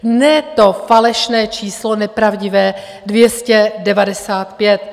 Ne to falešné číslo, nepravdivé, 295.